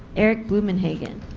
eric bloomenhagan